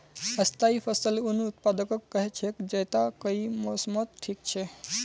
स्थाई फसल उन उत्पादकक कह छेक जैता कई मौसमत टिक छ